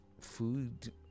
food